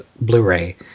blu-ray